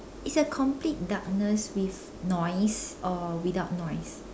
it's a complete darkness with noise or without noise